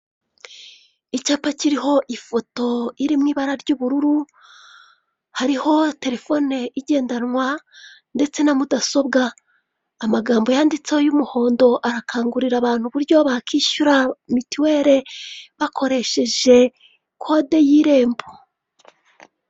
Icyapa kiriho ifoto irimo ibara ry'ubururu hariho telefone igendanwa ndetse na mudasobwa amagambo yanditseho y'umuhondo arakangurira abantu uburyo bakishyura mituwere bakoresheje kode y'irembo.